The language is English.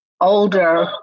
older